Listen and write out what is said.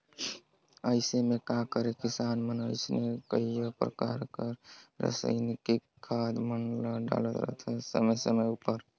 अइसे में का करें किसान मन अइसने कइयो परकार कर रसइनिक खाद मन ल डालत रहथें समे समे उपर